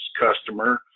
customer